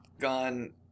gone